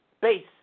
base